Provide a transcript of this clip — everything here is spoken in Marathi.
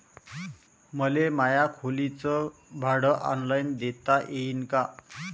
मले माया खोलीच भाड ऑनलाईन देता येईन का?